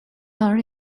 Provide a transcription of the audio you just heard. are